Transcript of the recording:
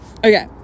Okay